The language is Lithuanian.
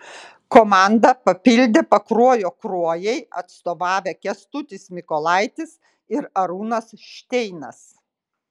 komanda papildė pakruojo kruojai atstovavę kęstutis mykolaitis ir arūnas šteinas